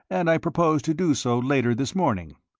and i propose to do so later this morning.